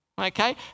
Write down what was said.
okay